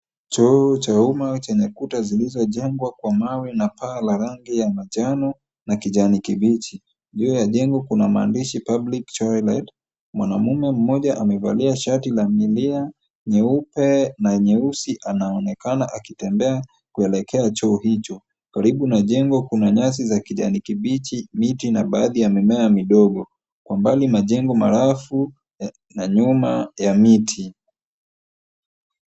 Choo cha umma chenye kuta zilizojengwa kwa mawe na paa la rangi ya majano na kijani kibichi. Juu ya jengo kuna maandishi public toilet , mwanamume mmoja amevalia shati la milia, nyeupe na nyeusi anaonekana akitembea kuelekea choo hicho. Karibu na jengo kuna nyasi za kijani kibichi, miti na baadhi ya mimea midogo. Kwa mbali majengo marafu na nyuma ya miti.